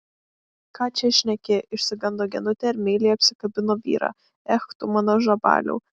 ką čia šneki išsigando genutė ir meiliai apsikabino vyrą ech tu mano žabaliau